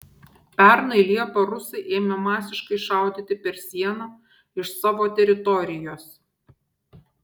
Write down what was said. pernai liepą rusai ėmė masiškai šaudyti per sieną iš savo teritorijos